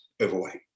overweight